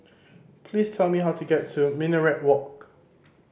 please tell me how to get to Minaret Walk